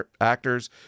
actors